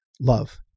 love